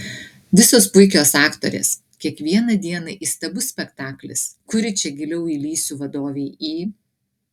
visos puikios aktorės kiekvieną dieną įstabus spektaklis kuri čia giliau įlįsiu vadovei į